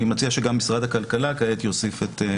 אני מציע שגם משרד הכלכלה כעת יוסיף את דבריו.